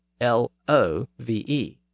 L-O-V-E